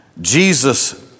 Jesus